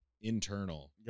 internal